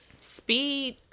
speed